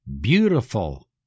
beautiful